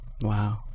Wow